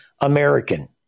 American